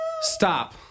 Stop